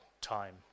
time